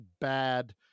bad